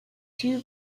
two